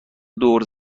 دور